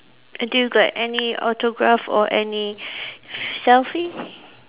do you got any autograph or any selfie